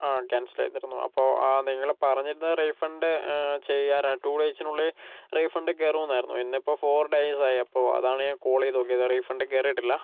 ആ ക്യാൻസല് ചെയ്തിരുന്നു അപ്പോൾ ആ നിങ്ങൾ പറഞ്ഞിരുന്നു റീഫണ്ട് ചെയ്യാമെന്ന് ടൂ ഡേയ്സിനുള്ളിൽ റീഫണ്ട് കയറുന്നുവെന്നായിരുന്നു ഇന്നിപ്പോൾ ഫോർ ഡേയ്സ് ആയി അപ്പോൾ അതാണ് ഞാൻ കോള് ചെയ്ത് നോക്കിയത് റീഫണ്ട് കയറിയിട്ടില്ല